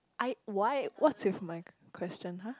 I why what's with my question !huh!